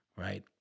Right